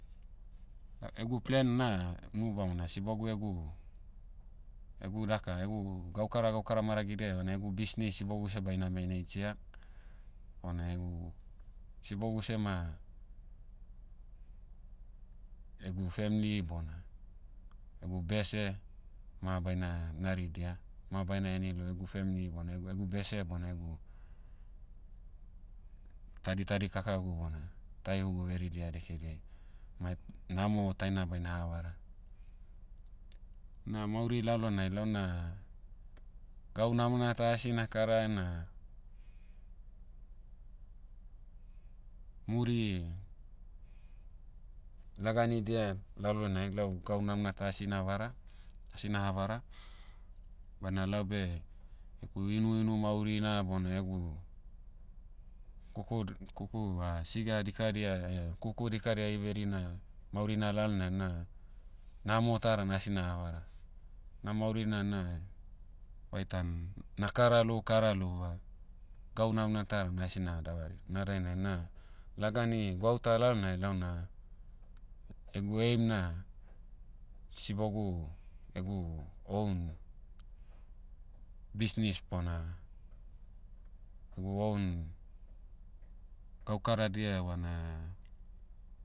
Egu plan na, nubamona sibogu egu, egu daka egu, gaukara gaukara maragidia evana egu bisnis sebogu seh baina manage'ia. Bona egu, sibogu seh ma, egu family bona, egu bese, ma baina naridia, ma baina heni lou egu family bona egu- egu bese bona egu, tadi- tadikakagu bona, taihugu veridia dekediai. Ma- namo taina baina havara. Na mauri lalonai launa, gau namona ta asi na kara na, muri, laganidia lalonai lau gau namna ta asi navara- asi naha vara, bana laube, egu inuinu maurina bona egu, kukud- kuku siga dikadia eh, kuku dikadia iverina, maurina lalnai na, namo ta dan asi naha vara. Na maurina na, vaitan, na kara lou kara louva, gau namna ta dan asi naha davari. Na dainai na, lagani gwauta lalnai launa, egu aim na, sibogu, egu own, bisnis bona, egu own, gaukaradia evana,